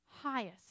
highest